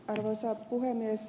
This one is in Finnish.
arvoisa puhemies